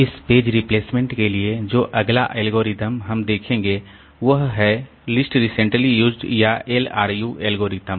इस page replacement के लिए जो अगला एल्गोरिथ्म हम देखेंगे वह है लिस्ट रिसेंटली यूज्ड या LRU एल्गोरिथम